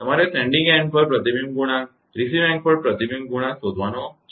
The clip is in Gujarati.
તમારે સેન્ડીંગ એન્ડ પર પ્રતિબિંબ ગુણાંક રિસીવીંગ એન્ડ પર પ્રતિબિંબ ગુણાંક શોધવાનો છે